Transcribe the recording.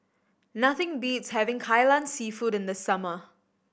nothing beats having Kai Lan Seafood in the summer